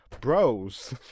bros